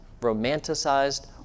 romanticized